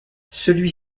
celui